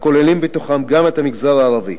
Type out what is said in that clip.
הכוללים בתוכם גם את המגזר הערבי,